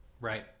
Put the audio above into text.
Right